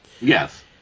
Yes